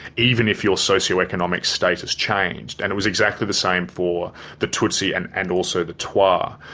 even if your socioeconomic status changed. and it was exactly the same for the tutsi and and also the twa.